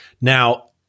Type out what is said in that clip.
Now